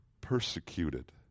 persecuted